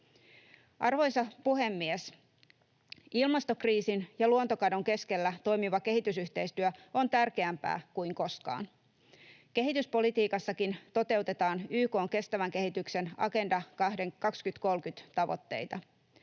Arvoisa puhemies! Ilmastokriisin ja luontokadon keskellä toimiva kehitysyhteistyö on tärkeämpää kuin koskaan. Kehityspolitiikassakin toteutetaan YK:n kestävän kehityksen Agenda 2030 ‑tavoitteita.